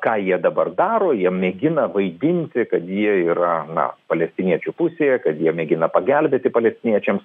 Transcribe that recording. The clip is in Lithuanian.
ką jie dabar daro jie mėgina vaidinti kad jie yra na palestiniečių pusėje kad jie mėgina pagelbėti palestiniečiams